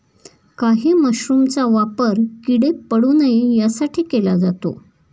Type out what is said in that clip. काही मशरूमचा वापर किडे पडू नये यासाठी केला जातो